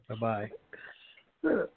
bye-bye